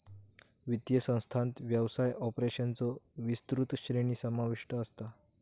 वित्तीय संस्थांत व्यवसाय ऑपरेशन्सचो विस्तृत श्रेणी समाविष्ट असता